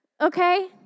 Okay